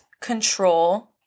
control